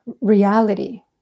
reality